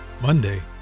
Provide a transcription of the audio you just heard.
Monday